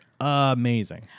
Amazing